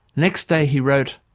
next day he wrote,